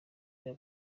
nina